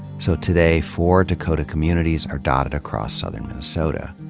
so today, four dakota communities are dotted across southern minnesota.